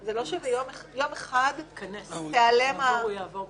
זה לא שביום אחד תיעלם -- הוא ייכנס.